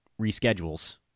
reschedules